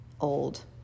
old